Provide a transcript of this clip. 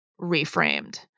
reframed